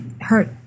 hurt